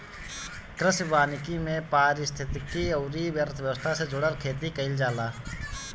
कृषि वानिकी में पारिस्थितिकी अउरी अर्थव्यवस्था से जुड़ल खेती कईल जाला